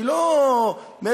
באמת,